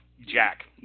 Jack